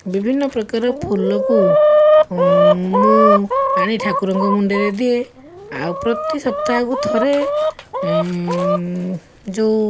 ବିଭିନ୍ନ ପ୍ରକାର ଫୁଲକୁ ମୁଁ ଆଣି ଠାକୁରଙ୍କ ମୁଣ୍ଡରେ ଦିଏ ଆଉ ପ୍ରତି ସପ୍ତାହକୁ ଥରେ ଯେଉଁ